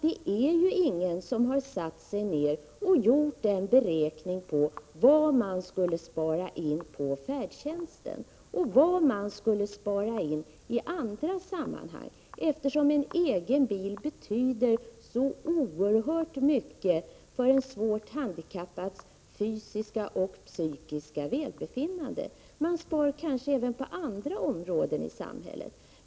Det är ju ingen som her gjort en beräkning på vad man skulle spara in på färdtjänsten och i andra sammanhang. En egen bil betyder ju så oerhört mycket för en svårt handikappads fysiska och psykiska välbefinnande, och man spar därför kanske även på andra områden i samhället.